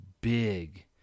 big